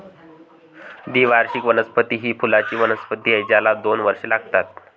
द्विवार्षिक वनस्पती ही फुलांची वनस्पती आहे ज्याला दोन वर्षे लागतात